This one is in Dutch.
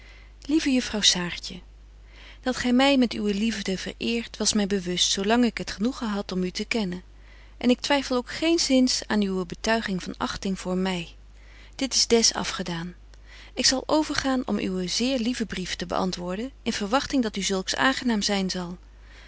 lieve juffrouw saartje dat gy my met uwe liefde vereert was my bewust zo lang ik het genoegen had om u te kennen en ik twyffel ook geenzins aan uwe betuiging van achting voor my dit is des afgedaan ik zal overgaan om uwen zeer lieven brief te beantwoorden in verwagting dat u zulks aangenaam zyn zal